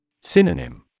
Synonym